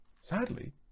Sadly